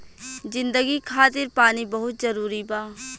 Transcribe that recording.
जिंदगी खातिर पानी बहुत जरूरी बा